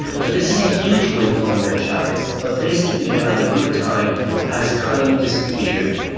so this is a huge windfall under chavez, but this economic good time has kind of disappeared,